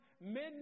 Midnight